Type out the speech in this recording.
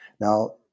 Now